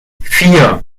vier